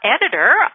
editor